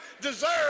deserve